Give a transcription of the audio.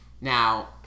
Now